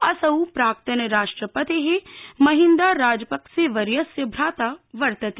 असौ प्राक्तन राष्ट्रपतेः महिंदा राजपक्सेवर्यस्य भ्राता वर्तते